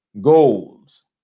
goals